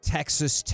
Texas